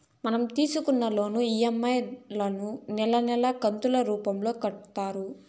మనం తీసుకున్న loan EMI లను నెలా నెలా కంతులు రూపంలో కడతారు